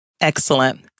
Excellent